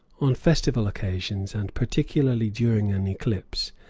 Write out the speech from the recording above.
on festival occasions, and particularly during an eclipse,